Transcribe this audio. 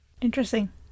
Interesting